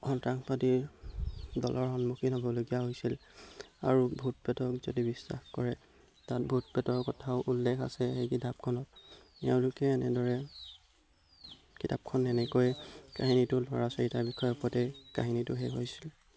সন্ত্ৰাসবাদীৰ দলৰ সন্মুখীন হ'বলগীয়া হৈছিল আৰু ভূত প্ৰেতক যদি বিশ্বাস কৰে তাত ভূত প্ৰেতৰ কথাও উল্লেখ আছে সেই কিতাপখনত এওঁলোকে এনেদৰে কিতাপখন এনেকৈ কাহিনীটো ল'ৰা চাৰিটাৰ বিষয়ৰ ওপৰতে কাহিনীটো শেষ হৈছিল